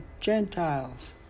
Gentiles